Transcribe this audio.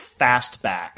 fastback